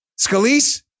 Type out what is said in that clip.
Scalise